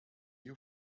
you